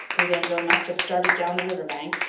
bougainville must have started down the river bank,